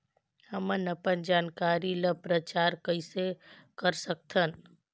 हमन अपन जानकारी ल प्रचार कइसे कर सकथन?